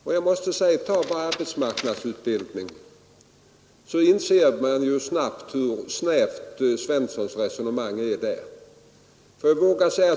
Men vi behöver bara se på just arbetsmarknadsutbildningen för att finna hur snävt herr Svenssons resonemang är.